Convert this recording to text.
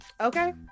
okay